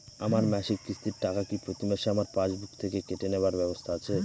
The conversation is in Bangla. আমার মাসিক কিস্তির টাকা কি প্রতিমাসে আমার পাসবুক থেকে কেটে নেবার ব্যবস্থা আছে?